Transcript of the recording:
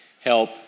help